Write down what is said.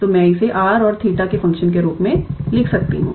तो मैं इसे r और 𝜃 के फ़ंक्शन के रूप में लिख सकतीहूं